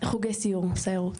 חוגי סיור, סיירות.